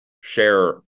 share